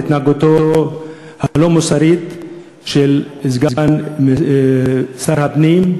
והתנהגותו הלא-מוסרית של סגן שר הפנים,